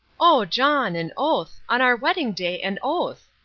oh, john, an oath! on our wedding day, an oath!